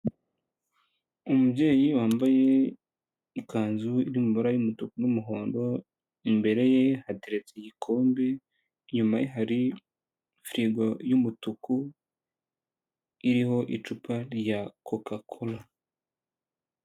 Umubyeyi wambaye ikanzu iri mu mabara y'umutuku n'umuhondo, imbere ye hateretse igikombe, inyuma ye hari firigo y'umutuku iriho icupa rya koka kora.